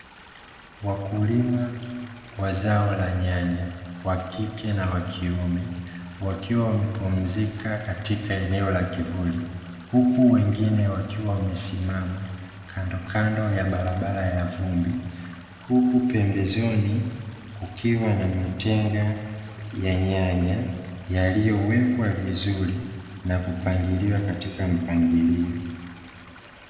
Wakulima wa zao la nyanya wakike na wakiume wakiwa wamepumzika katika eneo la kivuli, huku wengine wakiwa wamesimama kandokando ya barabara ya vumbi, huku pembezoni kukiwa na matenga ya nyanya yaliyowekwa vizuri na kupangiliwa katika mpangilio.